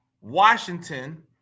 Washington